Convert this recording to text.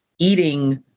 eating